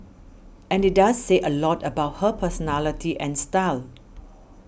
but it does say a lot about her personality and style